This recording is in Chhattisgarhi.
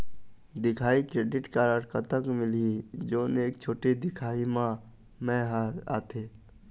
दिखाही क्रेडिट कारड कतक मिलही जोन एक छोटे दिखाही म मैं हर आथे?